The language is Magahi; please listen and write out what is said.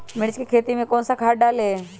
मिर्च की खेती में कौन सा खाद डालें?